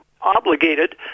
obligated